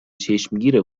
چشمگیر